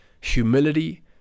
humility